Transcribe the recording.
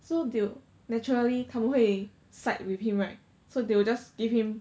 so they'll naturally 他们会 side with him right so they will just give him